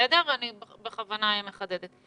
אני בכוונה מחדדת.